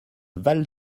val